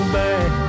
back